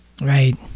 right